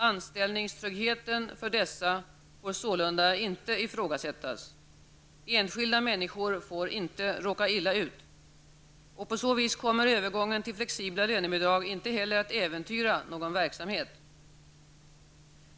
Anställningstryggheten för dessa får sålunda inte ifrågasättas. Enskilda människor får inte råka illa ut. På så vis kommer övergången till flexibla lönebidrag inte heller att äventyra någon verksamhet.